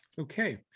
Okay